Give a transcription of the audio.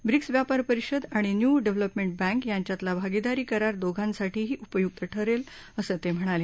BRICS व्यापार परिषद आणि न्यू डेव्हलपर्मेट बँक यांच्यातला भागीदारी करार दोघांसाठीही उपयुक्त ठरेल असं ते म्हणाले